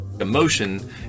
Emotion